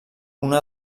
una